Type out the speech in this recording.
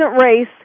race